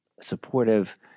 supportive